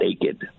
naked